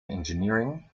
engineering